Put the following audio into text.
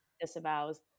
disavows